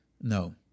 no